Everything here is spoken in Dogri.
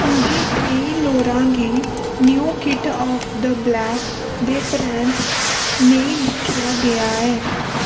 उं'दी धीऽ लौरा गी 'new kid of the block' दे परैंत्त नेईं दिक्खेआ गेआ ऐ